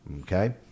Okay